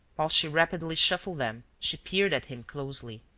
while she rapidly shuffled them she peered at him closely,